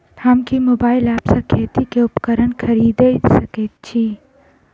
हम केँ mobile app सँ खेती केँ उपकरण खरीदै सकैत छी?